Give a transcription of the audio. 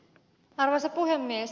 arvoisa puhemies